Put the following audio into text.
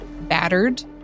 battered